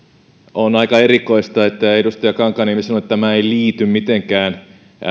on aika erikoista että edustaja kankaanniemi sanoi että tämä ei liity mitenkään